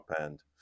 end